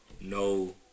no